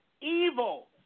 evil